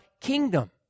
kingdom